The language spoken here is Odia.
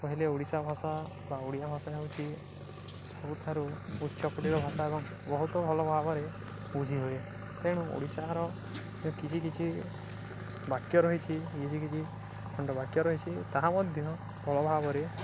କହିଲେ ଓଡ଼ିଶା ଭାଷା ବା ଓଡ଼ିଆ ଭାଷା ହେଉଛି ସବୁଠାରୁ ଉଚ୍ଚକୋଟୀର ଭାଷା ଏବଂ ବହୁତ ଭଲ ଭାବରେ ବୁଝି ହୁଏ ତେଣୁ ଓଡ଼ିଶାର ଯେଉଁ କିଛି କିଛି ବାକ୍ୟ ରହିଛି କିଛି କିଛି ଖଣ୍ଡ ବାକ୍ୟ ରହିଛି ତାହା ମଧ୍ୟ ଭଲ ଭାବରେ